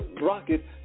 rocket